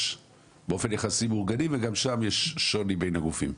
באופן יחסי מאורגנים וגם שם יש שוני בין הגופים.